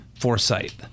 foresight